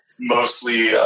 mostly